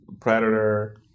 Predator